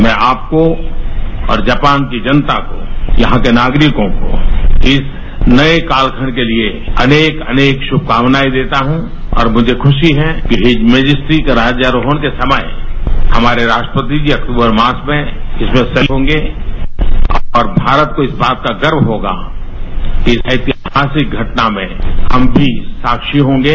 मैं आपको और जापान की जनता को यहां के नागरिकों को इस नये कालखंड के लिए अनेक अनेक शुभकामनाएं देता हूं और मुझे खुशी है कि हिज मिनिस्ट्री का राज्यरोहण के समय हमारे राष्ट्रपति जी अक्टूबर मास में इसमें शामिल होंगे और भारत को इस बात का गर्व होगा कि इस ऐतिहासिक घटना में हम भी साक्षी होंगे